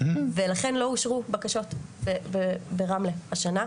ולכן לא אושרו בקשות ברמלה השנה,